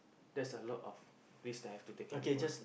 that's a lot of risk that I have to taken before ah